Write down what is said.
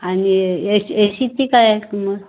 आणि A A C A शीची काय आहे किंमत